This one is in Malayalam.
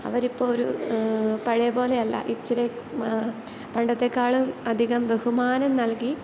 അവരിപ്പോൾ ഒരു പഴയ പോലെയല്ല ഇച്ചിരി പണ്ടത്തേക്കാളും അധികം ബഹുമാനം നൽകി